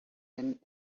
been